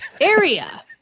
Area